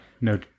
no